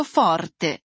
forte